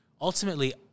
ultimately